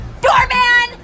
doorman